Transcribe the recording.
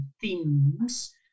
themes